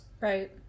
Right